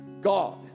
God